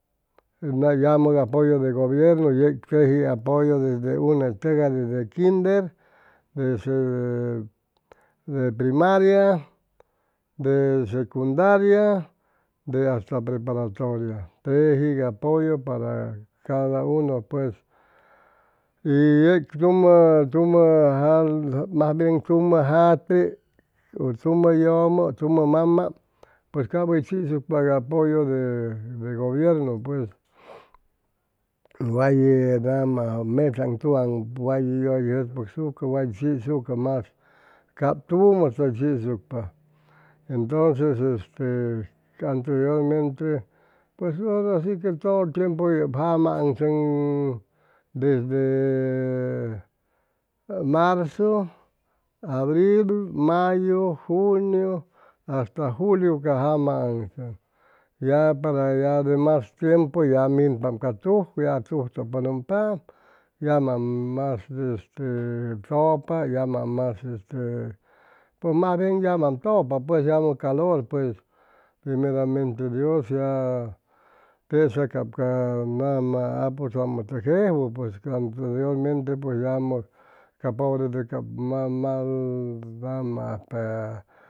Yamʉg apoyo de gobiernu yeg teji apoyo de de unetʉgay desde kinder, de primaria, ¿de secudaria, de hasta prepratoria teji apoyo para cada uno pues y yeg tumʉ tumʉ mas bien tumʉ jate u tumʉ yʉmʉ tumʉ mama pues cay hʉy chisucpa ca apoyo de gobiernu pues way nama metzaaŋ, tugaaŋ way jʉspʉcsucʉ way chisucʉ mas cap tumʉ hʉy chisucpa etonces este anteriormente pues hora si que todo el tiempu yʉp jama aŋsʉŋ desde marzo, abril, mayu, juniu. hasta, juliu ca jama aŋsʉŋ ya para ya demas tiempu ya minpam ca tuj ya tujtʉpʉnʉmpaam yamam mas este tʉpa yamam mas este pues mas bien yamam tʉpa pues yamʉ calor pues primeramente dios ya tesa cap ca nama aputzamʉtʉg jejwʉ pues ca anteriormente yamʉ ca pobretʉg ca